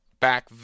back